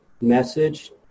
message